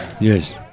Yes